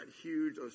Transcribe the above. huge